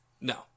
No